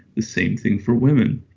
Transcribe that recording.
the same thing for women